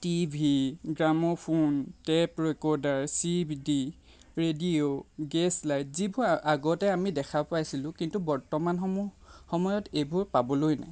TV gramophone tape recorder C D radio gas light যিবোৰ আগতে আমি দেখা পাইছিলোঁ কিন্তু বৰ্তমান সময়ত এইবোৰ পাবলৈ নাই